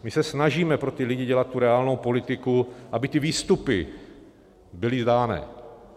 My se snažíme pro ty lidi dělat reálnou politiku, aby ty výstupy byly známy.